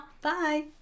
Bye